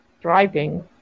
thriving